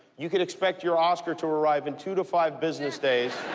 you can expect your oscar to arrive in two to five business days.